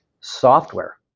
software